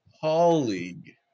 Colleague